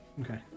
Okay